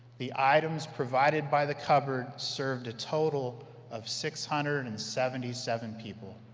the items provided by the cupboard served a total of six hundred and seventy seven people.